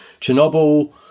Chernobyl